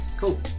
Cool